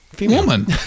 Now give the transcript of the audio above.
woman